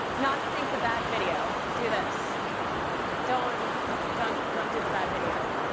not sync the bad video, do this don't don't don't do the bad video,